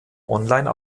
online